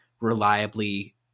reliably –